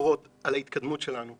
ביקורות על ההתקדמות שלנו,